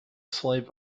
slave